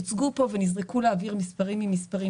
הוצגו פה ונזרקו לאוויר מספרים ממספרים